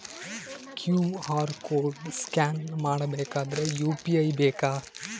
QR code scan ಮಾಡಬೇಕಾದರೆ UPI ಬೇಕಾ?